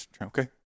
Okay